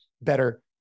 Better